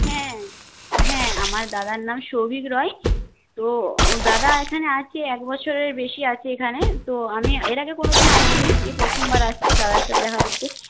হ্যাঁ হ্যাঁ আমার দাদার নাম সৌভিক রয় তো দাদা এখানে আছে এক বছরের বেশি আছে এখানে তো আমি এর আগে কোন দিনও আসি নি এই প্রথমবার আসছি দাদার সাথে দেখা করতে